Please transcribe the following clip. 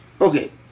Okay